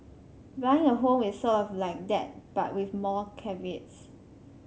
buying a home is sort of like that but with more caveats